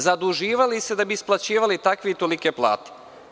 Zaduživali se da bi isplaćivali takve i tolike plate.